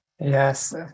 yes